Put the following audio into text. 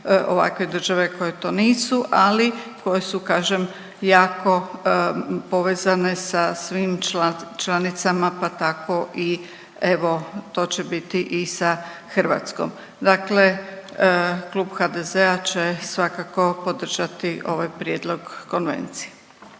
ovakve države koje to nisu, ali koje su kažem jako povezane sa svim članicama pa tako i evo to će biti i sa Hrvatskom. Dakle, klub HDZ-a će svakako podržati ovaj prijedlog Konvencije.